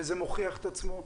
וזה מוכיח את עצמו.